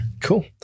cool